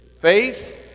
Faith